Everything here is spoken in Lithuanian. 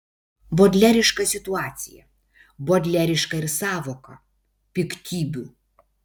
bodleriška situacija bodleriška ir sąvoka piktybių